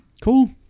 Cool